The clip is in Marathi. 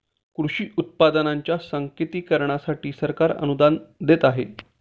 कृषी उत्पादनांच्या सांकेतिकीकरणासाठी सरकार अनुदान देत आहे